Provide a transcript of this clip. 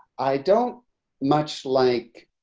i don't much like